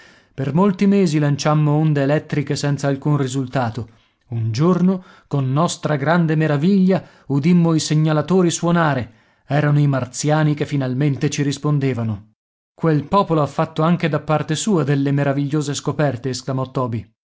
per molti mesi lanciammo onde elettriche senza alcun risultato un giorno con nostra grande meraviglia udimmo i segnalatori suonare erano i martiani che finalmente ci rispondevano quel popolo ha fatto anche da parte sua delle meravigliose scoperte esclamò toby